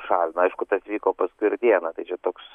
šalino aišku tas vyko paskui ir dieną tai čia toks